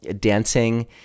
dancing